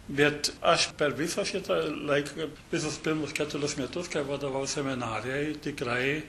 bet aš per visą šitą laiką visus pirmus keturis metus kai vadovavau seminarijai tikrai